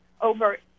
over